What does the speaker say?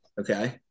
Okay